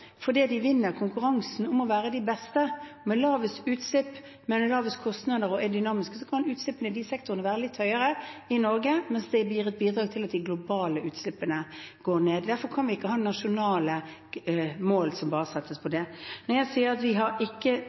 fordi de vinner i konkurransen om å være de beste – de har lavest utslipp, lavest kostnader og er dynamiske – har litt høyere utslipp, mens de likevel gir et bidrag til at de globale utslippene går ned. Derfor kan vi ikke ha nasjonale mål som settes bare for det. Når jeg sier at vi ikke har